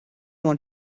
want